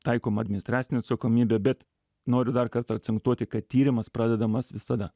taikoma administracinė atsakomybė bet noriu dar kartą akcentuoti kad tyrimas pradedamas visada